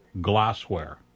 glassware